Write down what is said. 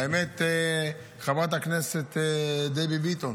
האמת, חברת הכנסת דבי ביטון